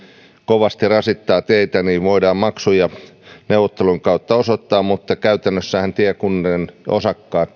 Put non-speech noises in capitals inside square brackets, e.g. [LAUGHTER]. kovasti rasittaa teitä voidaan maksuja neuvottelun kautta osoittaa mutta käytännössähän tiekuntien osakkaat [UNINTELLIGIBLE]